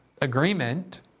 agreement